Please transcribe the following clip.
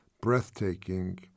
breathtaking